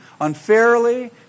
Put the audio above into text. unfairly